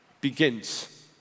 begins